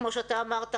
כמו שאתה אמרת,